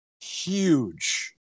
huge